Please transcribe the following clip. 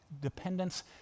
Dependence